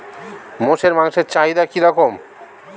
মোষের মাংসের চাহিদা কি রকম?